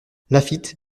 laffitte